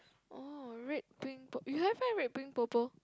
oh red pink purple~ you have meh red pink purple